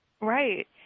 Right